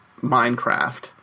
Minecraft